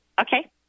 Okay